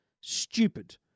Stupid